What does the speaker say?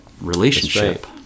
relationship